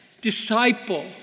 disciple